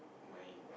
my